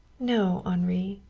no, henri.